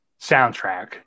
soundtrack